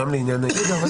רגע,